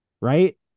right